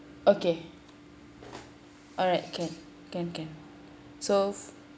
okay alright can can can so